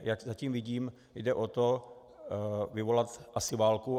Jak zatím vidím, jde o to vyvolat asi válku.